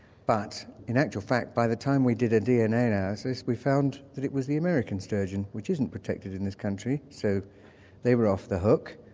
but in actual fact by the time we did a dna analysis we found that it was the american sturgeon, which isn't protected in this country. so they were off the hook.